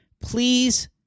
Please